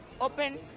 open